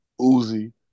Uzi